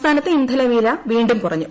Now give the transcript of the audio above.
സംസ്ഥാനത്ത് ഇന്ധനവില വീണ്ടും കുറഞ്ഞു